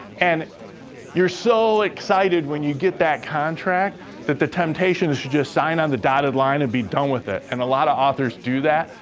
and you're so excited when you get that contract that the temptation is to just sign on the dotted line and be done with it, and a lot of authors do that.